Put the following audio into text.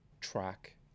track